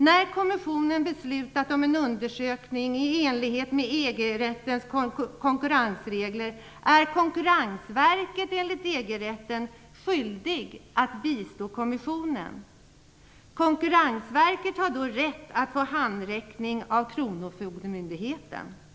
När kommissionen beslutat om en undersökning i enlighet med EG-rättens konkurrensregler är Konkurrensverket enligt EG-rätten skyldigt att bistå kommissionen. Konkurrensverket har då rätt att få handräckning av Kronofogdemyndigheten. Fru talman!